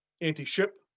anti-ship